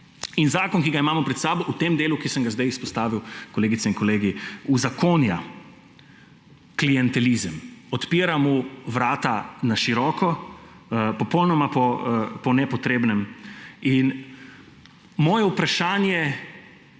Zakon, ki ga imamo pred sabo, v tem delu, ki sem ga zdaj izpostavil, kolegice in kolegi, uzakonja klientelizem, odpira mu vrata na široko, popolnoma po nepotrebnem. Moje vprašanje